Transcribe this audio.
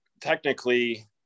technically